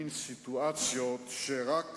צריך להוסיף רעיון נוסף ולהלביש מין בשאינו מינו ולנסות